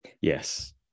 Yes